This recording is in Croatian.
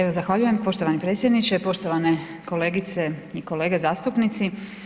Evo zahvaljujem poštovani predsjedniče, poštovane kolegice i kolege zastupnici.